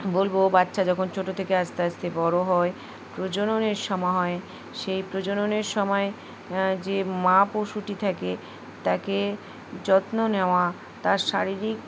বলব বাচ্চা যখন ছোটো থেকে আস্তে আস্তে বড়ো হয় প্রজননের সময় হয় সেই প্রজননের সময় যে মা পশুটি থাকে তাকে যত্ন নেওয়া তার শারীরিক